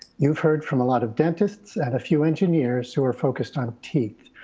you've heard from a lot of dentists and a few engineers who are focused on teeth.